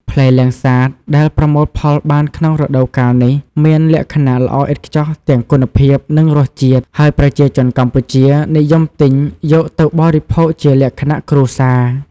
ផ្លែលាំងសាតដែលប្រមូលផលបានក្នុងរដូវកាលនេះមានលក្ខណៈល្អឥតខ្ចោះទាំងគុណភាព និងរសជាតិ ហើយប្រជាជនកម្ពុជានិយមទិញយកទៅបរិភោគជាលក្ខណៈគ្រួសារ។